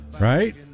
right